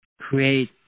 create